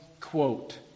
quote